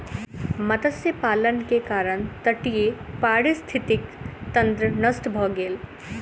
मत्स्य पालन के कारण तटीय पारिस्थितिकी तंत्र नष्ट भ गेल